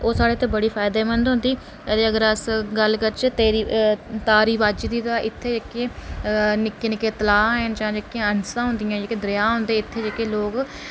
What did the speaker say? ओह् साढ़े आस्तै बड़ी फायदेमंद होंदी ते अगर अस गल्ल करचै तेरी तारीबाजी ते इत्थें एह् ते निक्के निक्के तलाऽ हैन जां ऐंसा होंदियां जां जेह्के दरेआ न इत्थें लोक